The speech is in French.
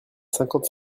cinquante